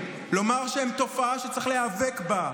לומר שהם תופעה שצריך להיאבק בה.